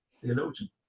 theologian